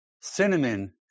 Cinnamon